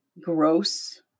gross